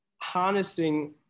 harnessing